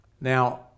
Now